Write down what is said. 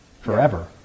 forever